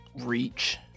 reach